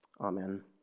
Amen